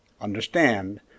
Understand